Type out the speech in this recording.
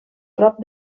prop